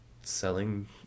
selling